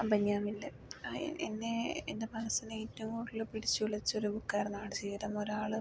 ബെന്യാമിൻ്റെ എന്നെ എൻ്റെ മനസിനെ ഏറ്റവും കൂടുതൽ പിടിച്ച് ഉലച്ചൊരു ബുക്കായിരുന്നു ആട് ജീവീതം ഒരാള്